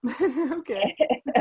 okay